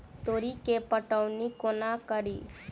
तोरी केँ पटौनी कोना कड़ी?